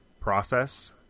process